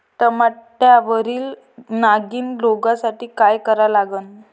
टमाट्यावरील नागीण रोगसाठी काय करा लागन?